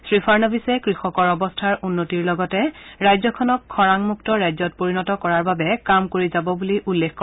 শ্ৰী ফাড়ণবিছে কৃষকৰ অৱস্থাৰ উন্নতিৰ লগতে ৰাজ্যখনক খৰাংমুক্ত ৰাজ্যত পৰিণত কৰাৰ বাবে কাম কৰি যাব বুলি উল্লেখ কৰে